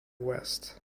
west